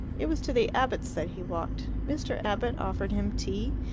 it was to the abbotts' that he walked. mr. abbott offered him tea,